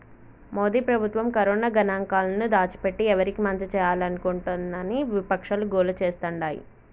మోదీ ప్రభుత్వం కరోనా గణాంకాలను దాచిపెట్టి ఎవరికి మంచి చేయాలనుకుంటోందని విపక్షాలు గోల చేస్తాండాయి